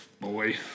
Boy